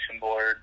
board